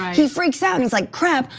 he freaks out and he's like, crap.